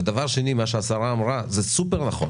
ודבר שני, מה שהשרה אמרה הוא סופר נכון